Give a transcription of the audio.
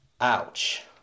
ouch